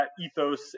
ethos